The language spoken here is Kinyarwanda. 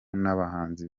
n’abahanzi